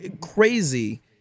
Crazy